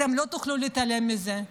אתם לא תוכלו להתעלם מזה.